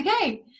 Okay